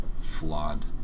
flawed